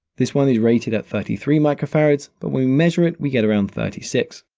this one is rated at thirty three microfarads, but we measure it, we get around thirty six.